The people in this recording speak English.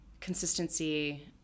consistency